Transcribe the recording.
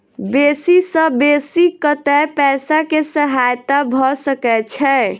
बेसी सऽ बेसी कतै पैसा केँ सहायता भऽ सकय छै?